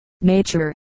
nature